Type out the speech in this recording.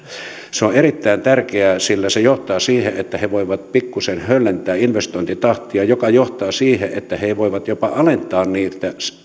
se on erittäin tärkeää sillä se johtaa siihen että he voivat pikkuisen höllentää investointitahtia joka johtaa siihen että he voivat jopa alentaa niitä